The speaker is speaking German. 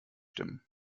stimmen